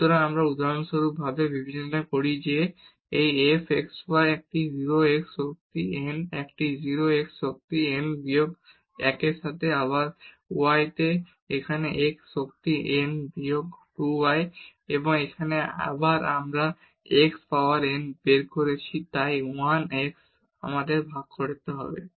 সুতরাং আমরা উদাহরণস্বরূপ বিবেচনা করি এই f x y একটি 0 x শক্তি n একটি 0 x শক্তি n বিয়োগ 1 এর সাথে আবার y তে এখানে x শক্তি n বিয়োগ 2 y এবং এখানে আমরা আবার x পাওয়ার n বের করেছি তাই 1 x আমাদের ভাগ করতে হবে